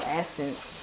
essence